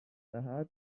دهد